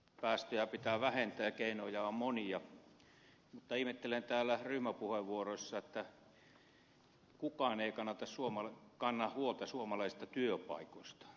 päästöjä pitää vähentää ja keinoja on monia mutta ihmettelen että täällä ryhmäpuheenvuoroissa kukaan ei kanna huolta suomalaisista työpaikoista